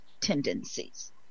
tendencies